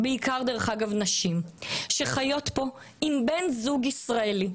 בעיקר נשים, שחיות פה עם בן זוג ישראלי,